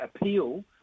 appeal